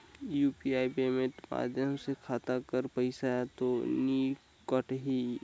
UPI payment माध्यम से खाता कर पइसा तो नी कटही?